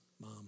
mom